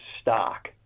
stock